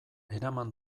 eraman